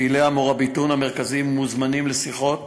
פעילי ה"מוראביטון" המרכזיים מוזמנים לשיחות